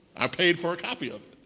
i paid for a copy of